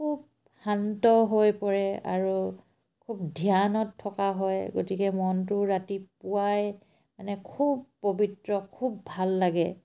খুব শান্ত হৈ পৰে আৰু খুব ধ্যানত থকা হয় গতিকে মনটো ৰাতিপুৱাই মানে খুব পবিত্ৰ খুব ভাল লাগে